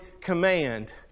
command